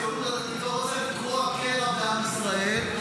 הציונות הדתית לא רוצה לקרוע קרע בעם ישראל,